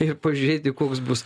ir pažiūrėti koks bus